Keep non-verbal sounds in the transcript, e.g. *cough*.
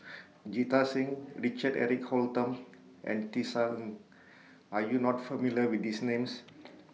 *noise* Jita Singh Richard Eric Holttum and Tisa Ng Are YOU not familiar with These Names